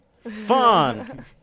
Fun